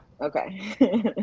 Okay